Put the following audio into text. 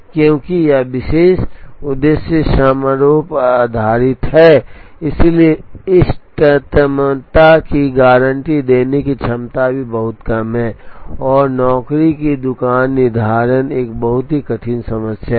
क्योंकि यह एक विशेष उद्देश्य समारोह पर आधारित था इसलिए इष्टतमता की गारंटी देने की क्षमता भी बहुत कम है और नौकरी की दुकान निर्धारण एक बहुत ही कठिन समस्या है